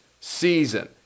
season